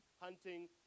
hunting